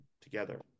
together